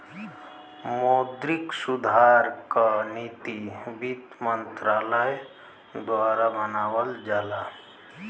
मौद्रिक सुधार क नीति वित्त मंत्रालय द्वारा बनावल जाला